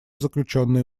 заключенные